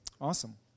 Awesome